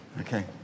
Okay